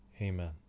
Amen